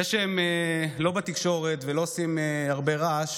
זה שהם לא בתקשורת ולא עושים הרבה רעש,